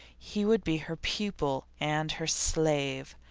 he would be her pupil and her slave.